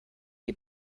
die